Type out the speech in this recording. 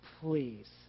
please